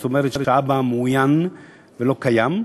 זאת אומרת שהאבא מאוין ולא קיים.